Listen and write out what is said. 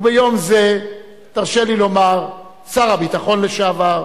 וביום זה תרשה לי לומר, שר הביטחון לשעבר,